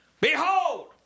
behold